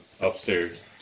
upstairs